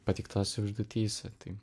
pateiktose užduotyse tai